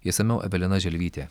išsamiau evelina želvytė